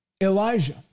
Elijah